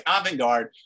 avant-garde